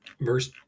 Verse